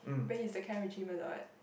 but he's the kind who gym a lot